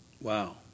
Wow